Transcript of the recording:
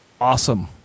awesome